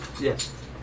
Yes